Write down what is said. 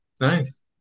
nice